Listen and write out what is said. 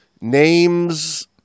names